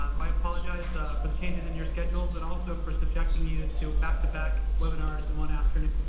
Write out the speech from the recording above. um i apologize for changes in your schedule, but also for subjecting you to back to back webinars in one afternoon.